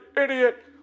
idiot